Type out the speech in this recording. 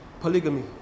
polygamy